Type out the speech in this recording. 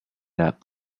that